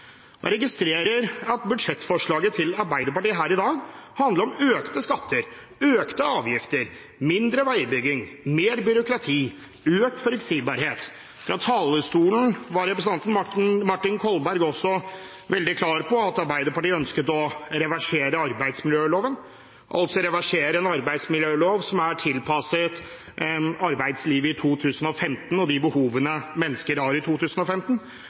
Jeg registrerer at budsjettforslaget til Arbeiderpartiet her i dag handler om økte skatter, økte avgifter, mindre veibygging, mer byråkrati, økt uforutsigbarhet. Fra talerstolen var representanten Martin Kolberg også veldig klar på at Arbeiderpartiet ønsket å reversere arbeidsmiljøloven, en arbeidsmiljølov som er tilpasset arbeidslivet i 2015 og de behovene mennesker har i 2015.